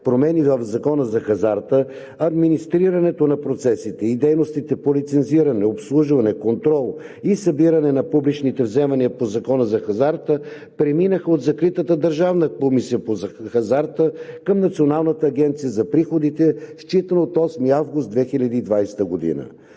промени в Закона за хазарта администрирането на процесите и дейностите по лицензиране, обслужване, контрол и събиране на публичните вземания по Закона за хазарта преминаха от закритата Държавна комисия по хазарта към Националната агенция за приходите, считано от 8 август 2020 г.